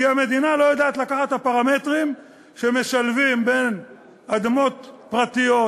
כי המדינה לא יודעת לקחת את הפרמטרים שמשלבים בין אדמות פרטיות,